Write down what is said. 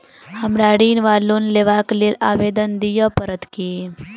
हमरा ऋण वा लोन लेबाक लेल आवेदन दिय पड़त की?